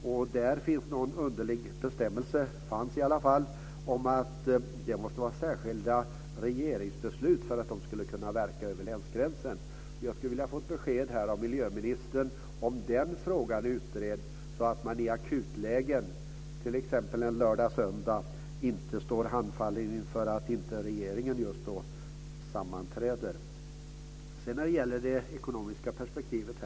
Och då fanns det i alla fall en underlig bestämmelse om att det måste vara särskilda regeringsbeslut för att de skulle kunna verka över länsgränsen. Jag skulle vilja få ett besked här av miljöministern om den frågan är utredd, så att man i akutlägen, t.ex. en lördag eller söndag, inte står handfallen inför att regeringen inte just då sammanträder. Sedan gäller det det ekonomiska perspektivet.